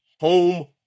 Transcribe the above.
home